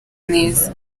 neza